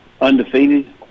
undefeated